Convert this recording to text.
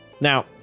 Now